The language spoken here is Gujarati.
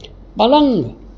પલંગ